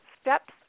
steps